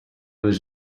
was